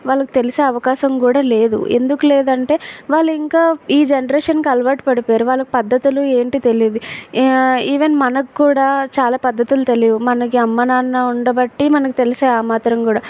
వాళ్ళకి తెలిసే అవకాశం కూడా లేదు ఎందుకు లేదంటే వాళ్ళు ఇంకా ఈ జనరేషన్కి అలవాటు పడిపోయారు వాళ్ళకు పద్ధతులు ఏంటి తెలియదు ఈవెన్ మనకు కూడా చాలా పద్ధతులు తెలీవు మనకు అమ్మ నాన్న ఉండబట్టి మనకు తెలిసాయి ఆ మాత్రం కూడా